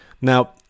now